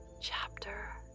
chapter